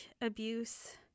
abuse